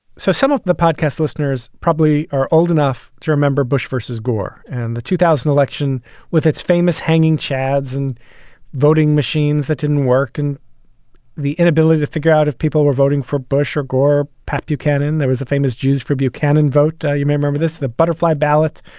so some of the podcast listeners probably are old enough to remember bush versus gore and the two thousand election with its famous hanging chads and voting machines that didn't work and the inability to figure out if people were voting for bush or gore. pat buchanan, there was a famous jews for buchanan vote. you may remember this, the butterfly ballot.